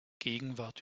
gegenwart